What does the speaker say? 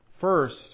First